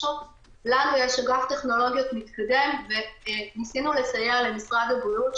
לנו יש אגף טכנולוגיות מתקדם והם הסכימו לסייע למשרד הבריאות,